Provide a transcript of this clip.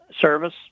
service